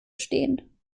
stehen